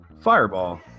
Fireball